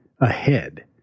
ahead